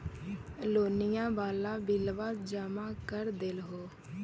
लोनिया वाला बिलवा जामा कर देलहो?